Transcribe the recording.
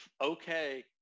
Okay